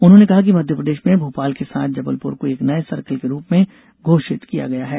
उन्होंने कहा कि मध्य प्रदेश में भोपाल के साथ जबलपुर को एक नए सर्कल के रूप में घोषित किया गया है